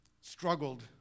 struggled